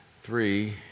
Three